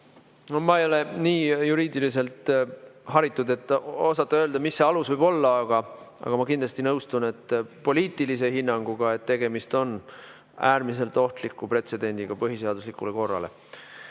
Ma ei ole juriidiliselt nii haritud, et osata öelda, mis see alus võib olla, aga ma kindlasti nõustun poliitilise hinnanguga, et tegemist on äärmiselt ohtliku pretsedendiga põhiseadusliku korra